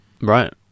Right